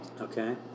Okay